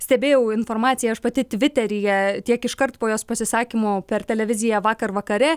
stebėjau informaciją aš pati tviteryje tiek iškart po jos pasisakymo per televiziją vakar vakare